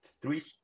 three